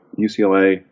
ucla